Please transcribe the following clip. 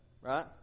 right